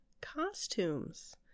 costumes